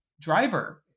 driver